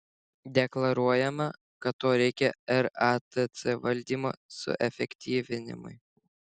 deklaruojama kad to reikia ratc valdymo suefektyvinimui